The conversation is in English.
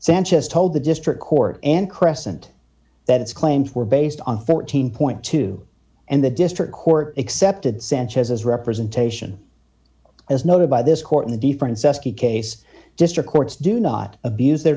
sanchez told the district court and crescent that its claims were based on fourteen point two and the district court accepted sanchez's representation as noted by this court in the different case district courts do not abuse their